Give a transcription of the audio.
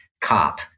cop